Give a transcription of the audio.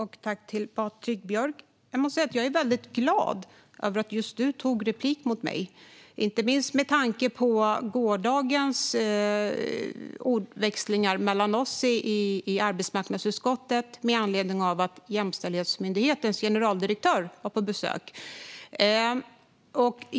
Herr talman! Jag måste säga att jag är glad över att just du, Patrik Björck, begärde replik på mitt anförande - inte minst med tanke på gårdagens ordväxlingar mellan oss i arbetsmarknadsutskottet med anledning av att Jämställdhetsmyndighetens generaldirektör var på besök.